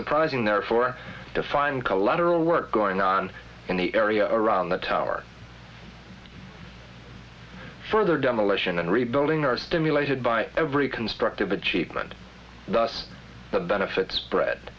surprising therefore to find collateral work going on in the area around the tower further demolition and rebuilding are stimulated by every constructive achievement thus the benefits bre